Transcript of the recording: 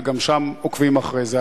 וגם שם עוקבים אחרי זה.